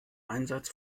einsatz